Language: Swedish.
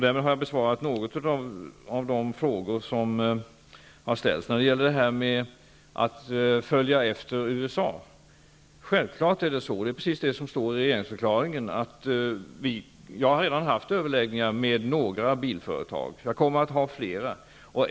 Därmed har jag besvarat några av de frågor som har ställts. När det gäller detta med att följa efter USA är det självfallet så -- och det är precis vad som står i regeringsförklaringen -- att jag redan har haft överläggningar med några bilföretag. Jag kommer att ha flera.